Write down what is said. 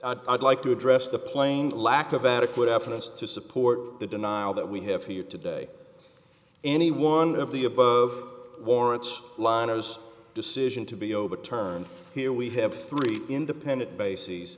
plane i'd like to address the plain lack of adequate evidence to support the denial that we have here today any one of the above warrants liner's decision to be overturned here we have three independent bases